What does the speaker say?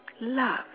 love